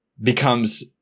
becomes